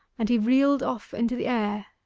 and he reeled off into the air,